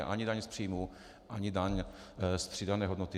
Ani daň z příjmů, ani daň z přidané hodnoty.